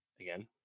again